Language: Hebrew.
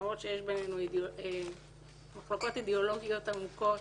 למרות שיש בינינו מחלוקות אידאולוגיות עמוקות,